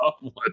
one